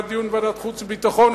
היה דיון בוועדת חוץ וביטחון,